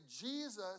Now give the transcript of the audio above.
Jesus